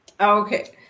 Okay